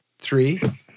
Three